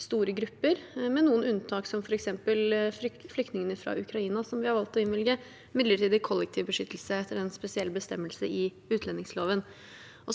store grupper, med noen unntak, som f.eks. flyktningene fra Ukraina, som vi har valgt å innvilge midlertidig kollektiv beskyttelse etter en spesiell bestemmelse i utlendingsloven.